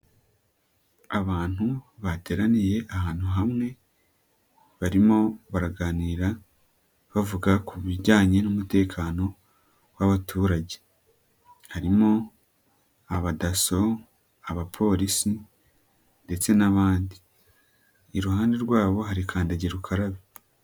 Abantu bateraniye ahantu hamwe, barimo baraganira bavuga ku bijyanye n'umutekano w'abaturage, harimo abadasso, abapolisi ndetse n'abandi, iruhande rwabo harikandagira ukarabe.